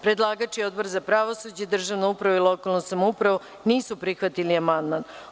Predlagač i Odbor za pravosuđe, državnu upravu i lokalnu samoupravu nisu prihvatili amandman.